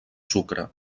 sucre